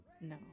No